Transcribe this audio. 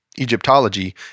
egyptology